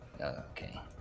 Okay